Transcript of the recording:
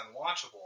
unwatchable